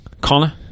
Connor